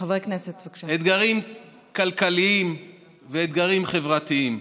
אתגרים כלכליים ואתגרים חברתיים,